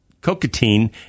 cocaine